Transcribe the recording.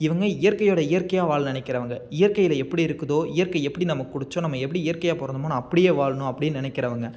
இவங்க இயற்கையோட இயற்கையாக வாழ நெனைக்கிறவங்க இயற்கையில் எப்படி இருக்குதோ இயற்கை எப்படி நமக்கு கொடுத்துச்சோ நம்ம எப்படி இயற்கையா பிறந்தமோ நான் அப்படியே வாழணும் அப்படின்னு நெனைக்கிறவங்க